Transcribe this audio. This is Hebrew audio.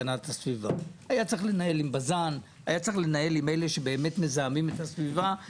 ודאי לא שר אוצר שאנו רואים את חברותו עם הטייקונים,